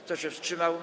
Kto się wstrzymał?